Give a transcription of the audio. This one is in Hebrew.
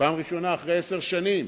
בפעם הראשונה אחרי עשר שנים.